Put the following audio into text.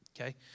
okay